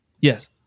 Yes